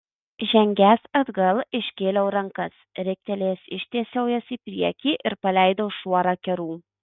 žengęs atgal iškėliau rankas riktelėjęs ištiesiau jas į priekį ir paleidau šuorą kerų